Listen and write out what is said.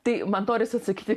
tai man norisi atsakyti